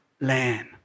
land